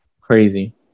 crazy